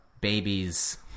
babies